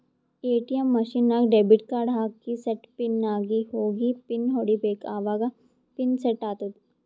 ATM machine ನಾಗ್ debit card ಹಾಕಿ set pin ನಾಗ್ ಹೋಗಿ ಪಿನ್ ಹೊಡಿಬೇಕ ಅವಾಗ ಪಿನ್ ಸೆಟ್ ಆತ್ತುದ